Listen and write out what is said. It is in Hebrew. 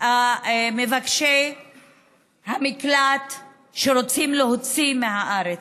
מבקשי המקלט שרוצים להוציא מהארץ.